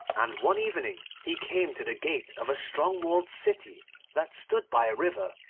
and one evening he came to the gate of a strong-walled city that stood by a river,